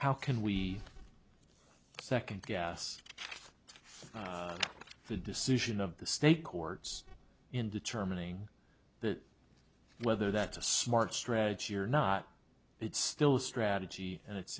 how can we second guess the decision of the state courts in determining whether that's a smart strategy or not it's still strategy and it's